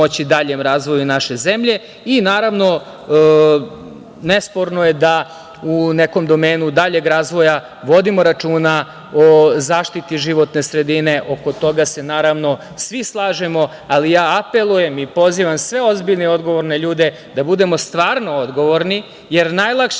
daljem razvoju naše zemlje. Naravno, nesporno je da u nekom domenu daljeg razvoja vodimo računa o zaštiti životne sredine, oko toga se svi slažemo, ali ja apelujem i pozivam sve ozbiljne i odgovorne ljude da budemo stvarno odgovorni, jer najlakše